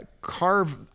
carve